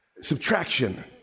subtraction